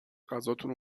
غذاتون